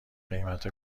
قیمت